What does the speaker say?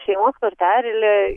šeimos kortelė